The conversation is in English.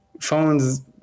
phones